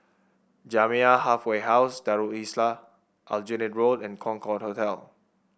Jamiyah Halfway House Darul Islah Aljunied Road and Concorde Hotel